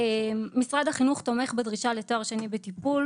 משרד החינוך תומך בדרישה לתואר שני בטיפול.